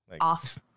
off